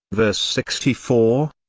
verse sixty four,